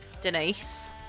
Denise